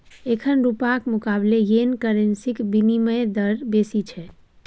एखन रुपाक मुकाबले येन करेंसीक बिनिमय दर बेसी छै